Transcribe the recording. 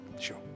Sure